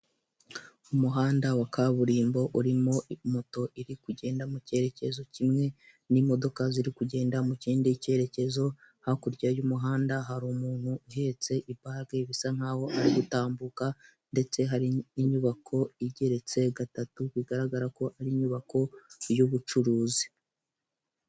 Umuhanda wa kaburimbo urimo moto iri kugenda mu cyerekezo kimwe n'imodoka ziri kugenda mu kindi kerekezo. Hakurya y'umuhanda harI umuntu uhetse ibage bisa nkaho ari gutambuka ndetse harI inyubako igeretse gatatu, bigaragara ko ari inyubako y'ubucuruzi.